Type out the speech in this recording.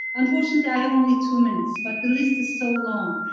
unfortunately, i have only two minutes, but the list is so long,